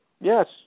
Yes